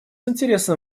интересом